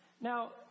Now